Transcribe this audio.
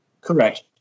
Correct